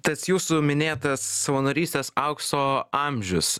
tas jūsų minėtas savanorystės aukso amžius